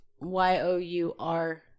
Y-O-U-R